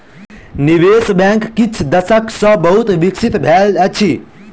निवेश बैंक किछ दशक सॅ बहुत विकसित भेल अछि